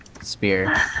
spear